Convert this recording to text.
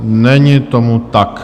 Není tomu tak.